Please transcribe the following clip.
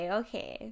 okay